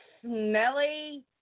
smelly